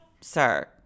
Sir